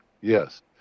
Yes